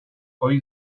ohi